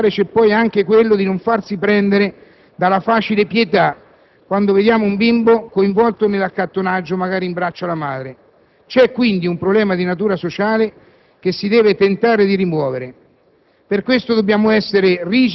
Nei comportamenti sociali da attuare vi è poi anche quello di non farsi prendere dalla facile pietà quando vediamo un bimbo coinvolto nell'accattonaggio, magari in braccio alla madre. C'è quindi un problema di natura sociale che si deve tentare di rimuovere.